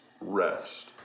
rest